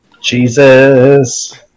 Jesus